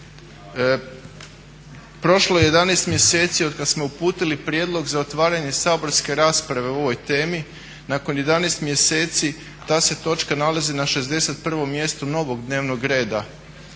Prošlo je 11 mjeseci otkad smo uputili prijedlog za otvaranje saborske rasprave o ovoj temi. Nakon 11 mjeseci ta se točka nalazi na 61. mjestu novog dnevnog reda